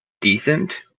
decent